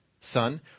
son